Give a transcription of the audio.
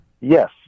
yes